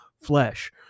flesh